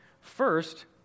First